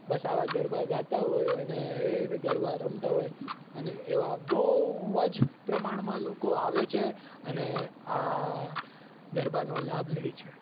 બસ આવા ગરબા ગાતા હોય અને એયને ગરબા રમતા હોય અને એવા બહુ જ પ્રમાણમાં લોકો આવે છે અને આ ગરબાનો લાભ લે છે